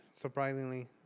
surprisingly